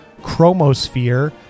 chromosphere